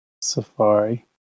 Safari